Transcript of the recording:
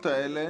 התקנות האלה